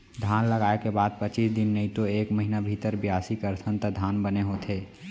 धान लगाय के बाद पचीस दिन नइतो एक महिना भीतर बियासी करथन त धान बने होथे